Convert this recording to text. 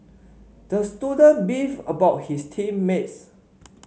the student beefed about his team mates